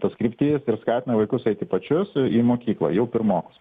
tos kryptis ir skatina vaikus eiti pačius į mokyklą jau pirmokus